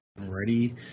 ready